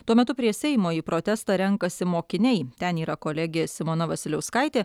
tuo metu prie seimo į protestą renkasi mokiniai ten yra kolegė simona vasiliauskaitė